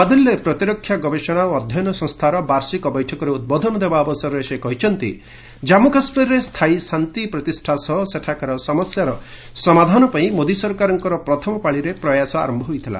ନ୍ତଆଦିଲ୍ଲୀରେ ପ୍ରତିରକ୍ଷା ଗବେଷଣା ଓ ଅଧ୍ୟୟନ ସଂସ୍କାର ବାର୍ଷିକ ବୈଠକରେ ଉଦ୍ବୋଧନ ଦେବା ଅବସରରେ ସେ କହିଛନ୍ତି ଜମ୍ମ କାଶ୍ମୀରରେ ସ୍ଥାୟୀ ଶାନ୍ତି ପ୍ରତିଷ୍ଠା ସହ ସେଠାକାର ସମସ୍ୟାର ସମାଧାନ ପାଇଁ ମୋଦି ସରକାରଙ୍କ ପ୍ରଥମ ପାଳିରେ ପ୍ରୟାସ ଆରମ୍ଭ ହୋଇଥିଲା